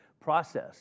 process